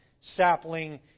sapling